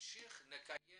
נמשיך ונקיים